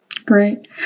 Great